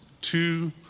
two